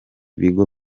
bigo